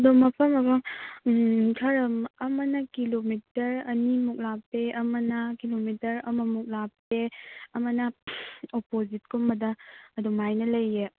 ꯑꯗꯨꯝ ꯃꯐꯝ ꯑꯃ ꯈꯔ ꯑꯃꯅ ꯀꯤꯂꯣꯃꯤꯇꯔ ꯑꯅꯤꯃꯨꯛ ꯂꯥꯞꯄꯦ ꯑꯃꯅ ꯀꯤꯂꯣꯃꯤꯇꯔ ꯑꯃꯃꯨꯛ ꯂꯥꯞꯄꯦ ꯑꯃꯅ ꯑꯣꯄꯣꯖꯤꯠꯀꯨꯝꯕꯗ ꯑꯗꯨꯃꯥꯏꯅ ꯂꯩꯌꯦ